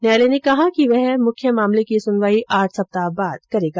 न्यायालय ने कहा कि वह मुख्य मामले की सुनवाई आठ सप्ताह बाद करेगी